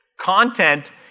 Content